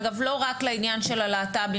אגב לא רק לעניין של הלהט"בים.